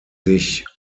sich